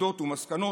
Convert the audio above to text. עובדות ומסקנות,